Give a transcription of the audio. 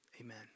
Amen